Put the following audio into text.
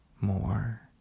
more